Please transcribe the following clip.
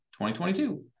2022